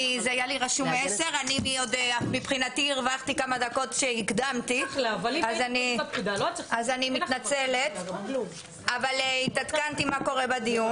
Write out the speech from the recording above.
היה רשום אצלי 10:00. התעדכנתי מה קורה בדיון.